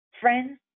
Friends